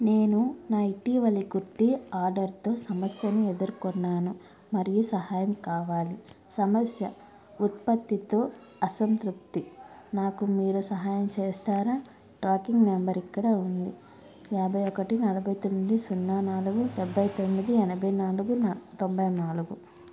నేను నా ఇటీవలి కుర్తి ఆర్డర్తో సమస్యను ఎదుర్కొన్నాను మరియు సహాయం కావాలి సమస్య ఉత్పత్తితో అసంతృప్తి నాకు మీరు సాయం చేస్తారా ట్రాకింగ్ నంబర్ ఇక్కడ ఉంది యాభై ఒకటి నలభై తొమ్మిది సున్నా నాలుగు డెభై తొమ్మిది ఎనభై నాలుగు తొంభై నాలుగు